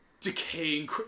decaying